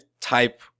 type